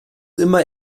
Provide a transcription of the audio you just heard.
immer